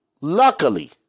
luckily